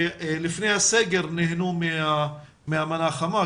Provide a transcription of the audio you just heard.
שלפני הסגר נהנו מהמנה החמה,